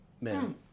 men